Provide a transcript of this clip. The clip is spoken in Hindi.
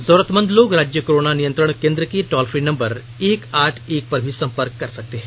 जरूरतमंद लोग राज्य कोरोना नियंत्रण केंद्र के टॉल फ्री नम्बर एक आठ एक पर भी सम्पर्क कर सकते हैं